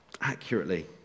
Accurately